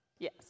Yes